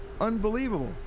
Unbelievable